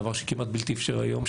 דבר שהוא כמעט בלתי אפשרי היום.